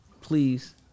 Please